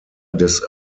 des